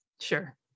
Sure